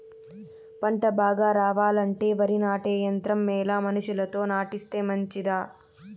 పంట బాగా రావాలంటే వరి నాటే యంత్రం మేలా మనుషులతో నాటిస్తే మంచిదా?